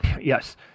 Yes